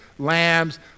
lambs